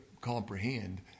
comprehend